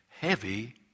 heavy